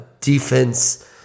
defense